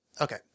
okay